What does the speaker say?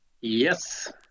yes